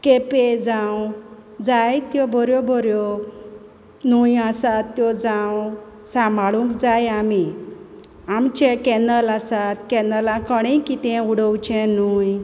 केपें जावं जायत्यो बऱ्यो बऱ्यो न्होंयो आसात त्यो जावं सांबाळूंक जाय आमी आमचे कॅनल आसात कॅनलान कोणेय कितें उडोवचें न्हूय